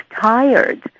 tired